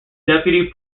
deputy